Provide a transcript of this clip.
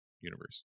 universe